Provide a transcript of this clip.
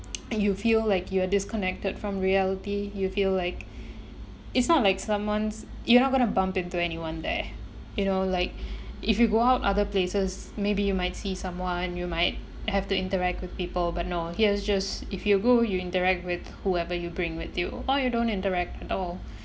and you feel like you're disconnected from reality you feel like it's not like someone's you're not going to bump into anyone there you know like if you go out other places maybe you might see someone you might have to interact with people but no here's just if you're go you interact with whoever you bring with you or you don't interact at all